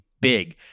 big